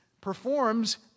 performs